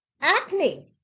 acne